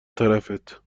طرفت